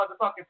motherfucking